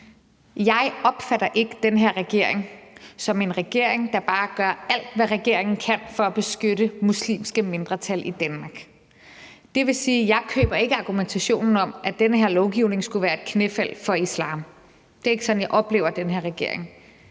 Jeg opfatter ikke den her regering som en regering, der bare gør alt, hvad regeringen kan, for at beskytte muslimske mindretal i Danmark. Det vil sige, at jeg ikke køber argumentationen om, at den her lovgivning skulle være et knæfald for islam. Det er ikke sådan, jeg oplever den her regering.